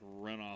runoff